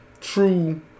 true